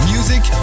Music